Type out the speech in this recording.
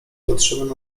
patrzymy